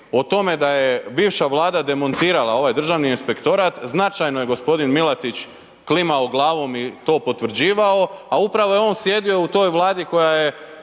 o tome da je bivša Vlada demontirala ovaj Državni inspektorat, značajno je g. Milatić klimao glavom i to potvrđivao, a upravo je on sjedio u toj Vladi koja je